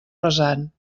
rasant